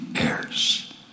heirs